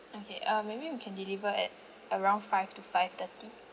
okay uh maybe you can deliver at around five to five thirty